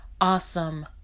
awesome